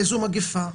איזו מגיפה?